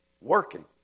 Working